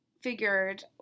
figured